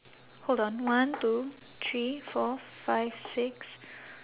hold on one two three four five six